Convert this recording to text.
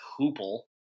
hoople